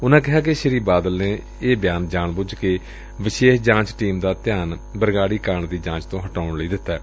ਉਨੂਾ ਕਿਹਾ ਕਿ ਸ੍ਰੀ ਬਾਦਲ ਨੇ ਇਹ ਬਿਆਨ ਜਾਣ ਬੁਝ ਕੇ ਵਿਸ਼ੇਸ਼ ਜਾਂਚ ਟੀਮ ਦਾ ਧਿਆਨ ਬਰਗਾਤੀ ਕਾਂਡ ਦੀ ਜਾਂਚ ਤੋਂ ਹਟਾਉਣ ਲਈ ਦਿੱਤੈ